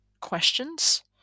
questions